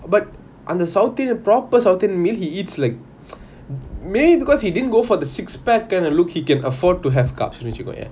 but அந்த:antha south indian proper south indian meal he eats like maybe because he didn't go for the six pack kind of look he can afford to have carbs வெச்சிக்கோயேன்:vechikoyean